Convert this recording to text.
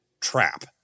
trap